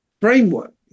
framework